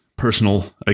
personal